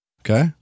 Okay